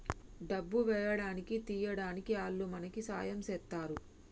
డబ్బు వేయడానికి తీయడానికి ఆల్లు మనకి సాయం చేస్తరు